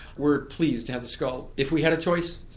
we're pleased to have the skull. if we had a choice,